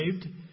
saved